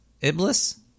Iblis